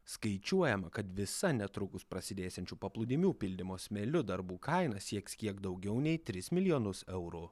skaičiuojama kad visa netrukus prasidėsiančių paplūdimių pildymas smėliu darbų kaina sieks kiek daugiau nei tris milijonus eurų